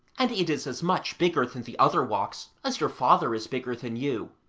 and it is as much bigger than the other walks as your father is bigger than you.